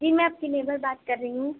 جی میں صنوبر بات کر رہی ہوں